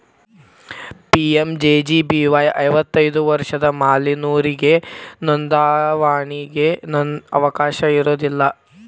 PMJJBY ಐವತ್ತೈದು ವರ್ಷದ ಮ್ಯಾಲಿನೊರಿಗೆ ನೋಂದಾವಣಿಗಿ ಅವಕಾಶ ಇರೋದಿಲ್ಲ